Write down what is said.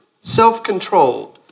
self-controlled